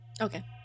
Okay